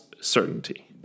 certainty